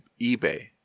eBay